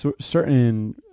certain